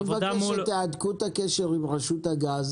אני מבקש שתהדקו את הקשר עם רשות הגז